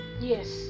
yes